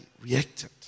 reacted